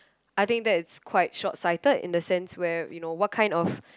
I think is quite short sighted in the sense where you know what kind of